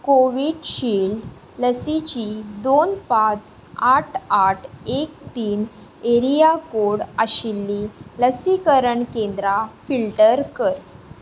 Covishield लसीचीं दोन पांच आठ आठ एक तीन एरिया कोड आशिल्लीं लसीकरण केंद्रां फिल्टर कर